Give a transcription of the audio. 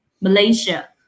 Malaysia